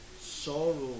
sorrow